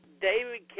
David